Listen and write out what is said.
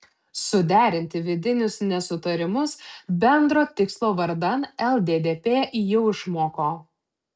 suderinti vidinius nesutarimus bendro tikslo vardan lddp jau išmoko